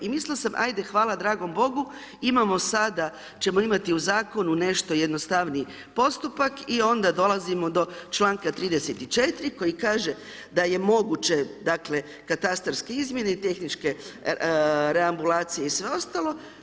I mislila sam, ajde hvala dragom Bogu, imamo sada, ćemo imati u Zakonu nešto jednostavniji postupak i onda dolazimo do čl. 34 koji kaže da je moguće, dakle, katarske izmjene i tehničke reambulacije i sve ostalo.